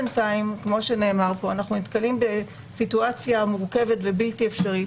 בינתיים אנחנו נתקלים בסיטואציה מורכבת ובלתי אפשרית